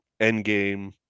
Endgame